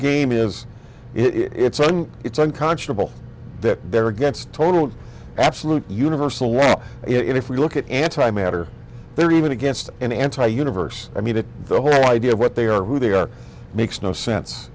game is it's it's unconscionable that they're against total absolute universal well if we look at anti matter they're even against an anti universe i mean the whole idea of what they are or who they are makes no sense